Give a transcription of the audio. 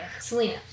Selena